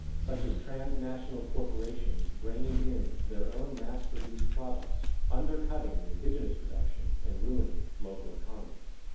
such as transnational corporations bringing in their own mass-produced products undercutting the indigenes production and ruining local economies.